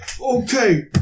Okay